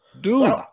Dude